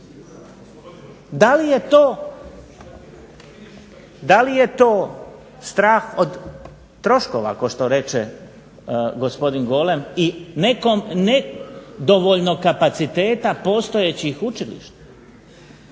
Da li je to strah od troškova, kao što reče gospodin Golem, i nekom nedovoljno kapaciteta postojećih učilišta.